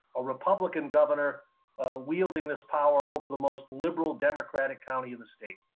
a republican governor wielding this power over the most liberal democratic county in the state.